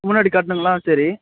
முன்னாடி கட்டணுங்களா சரி